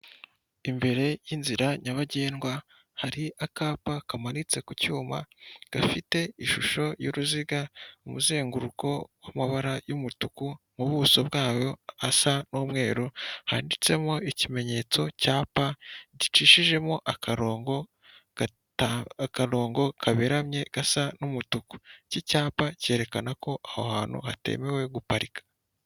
Imbere y'inzira nyabagendwa hari akapa kamanitse ku cyuma gafite ishusho y'uruziga umuzenguruko w'amabara y'umutuku, ubuso bwayo hasa n'umweru handitsemo ikimenyetso cya P gicishijemo akarongo kaberamye gasa n'umutuku, iki cyapa cyerekana ko aho hantu hatemewe guparika.